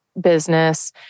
business